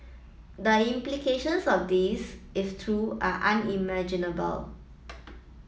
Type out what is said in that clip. the implications of this if true are unimaginable